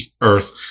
earth